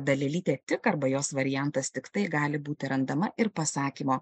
dalelytė tik arba jos variantas tiktai gali būti randama ir pasakymo